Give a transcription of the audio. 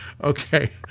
Okay